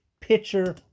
pitcher